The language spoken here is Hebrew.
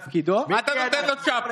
את המפכ"ל,